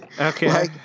Okay